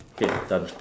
K done